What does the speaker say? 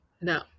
no